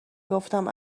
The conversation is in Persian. گفتم